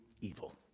evil